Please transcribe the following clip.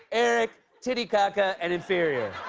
eric, titicaca, and inferior.